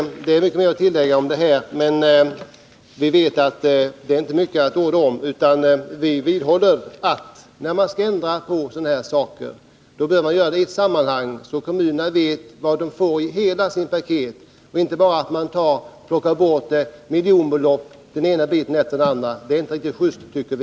Det finns mycket mer att tillägga, men jag skall inte orda mera om detta just nu. Vi vidhåller att när man skall ändra på sådana här saker, bör man göra det i ett sammanhang, så att kommunerna vet vad de har att räkna med totalt. Man bör inte plocka bort miljonbelopp genom att ändra på det ena området efter det andra. Det är inte riktigt just, tycker vi.